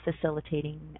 facilitating